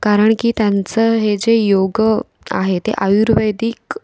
कारण की त्यांचं हे जे योग आहे ते आयुर्वेदिक